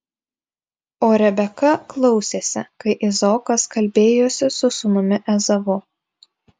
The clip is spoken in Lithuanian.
o rebeka klausėsi kai izaokas kalbėjosi su sūnumi ezavu